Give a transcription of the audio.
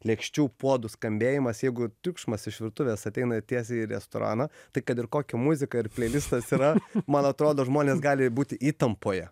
lėkščių puodų skambėjimas jeigu triukšmas iš virtuvės ateina tiesiai į restoraną tai kad ir kokia muzika ir pleitistas yra man atrodo žmonės gali būti įtampoje